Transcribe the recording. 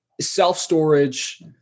self-storage